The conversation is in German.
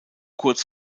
kurz